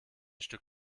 stück